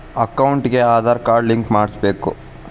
ಅಕೌಂಟಿಗೆ Aadhaar card link ಮಾಡಿಸಬೇಕು?